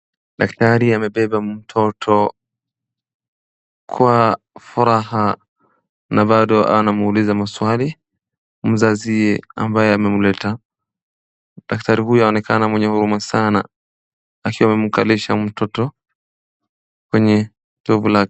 Daktari amebeba mtoto kwa furaha na bado anamuliza maswali mzazi ambaye amemleta. Daktari huyo anaonekana mwenye huruma sana, akiwa amemkalisha mtoto kwenye tovu lake.